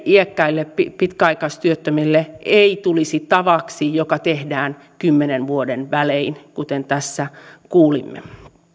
iäkkäille pitkäaikaistyöttömille ei tulisi tavaksi joka tehdään kymmenen vuoden välein kuten tässä kuulimme